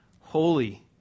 holy